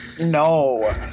no